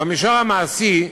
במישור המעשי,